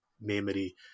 memory